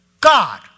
God